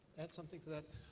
add something to that?